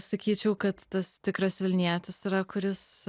sakyčiau kad tas tikras vilnietis yra kuris